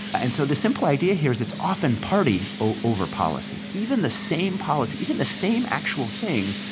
and so the simple idea here is it's often party over policy. even the same policy even the same actual thing,